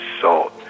salt